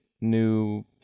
new